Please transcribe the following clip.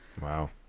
Wow